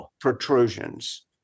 protrusions